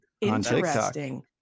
Interesting